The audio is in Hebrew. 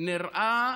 נראה